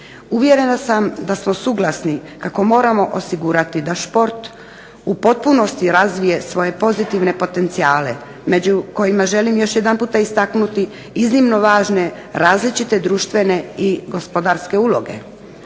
Uvjerena sam da smo suglasni kako moramo osigurati da šport u potpunosti razvije svoje pozitivne potencijale među kojima želim još jedanputa istaknuti iznimno važne različite društvene i gospodarske uloge.